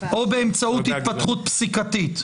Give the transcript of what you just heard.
או באמצעות התפתחות פסיקתית?